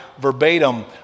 verbatim